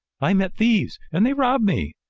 i met thieves and they robbed me.